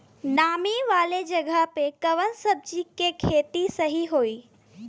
नामी वाले जगह पे कवन सब्जी के खेती सही होई?